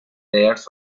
layers